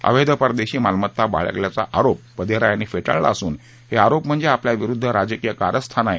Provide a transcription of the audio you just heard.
अवैध परदेशी मालमत्ता बाळगल्याचा आरोप वधेरा यांनी फेटाळाला असून हे आरोप म्हणजे आपल्या विरुद्ध राजकीय कारस्थान आहे